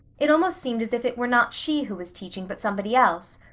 it almost seemed as if it were not she who was teaching but somebody else.